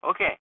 Okay